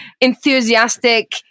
enthusiastic